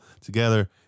together